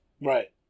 Right